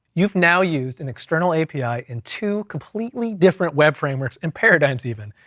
you've now used an external api in two completely different web frameworks, and paradigms even.